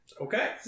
Okay